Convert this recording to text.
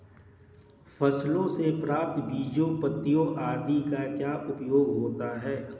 फसलों से प्राप्त बीजों पत्तियों आदि का क्या उपयोग होता है?